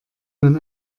man